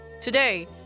today